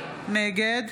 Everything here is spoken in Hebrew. נגד